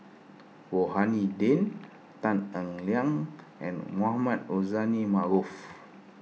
Rohani Din Tan Eng Liang and Mohamed Rozani Maarof